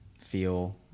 feel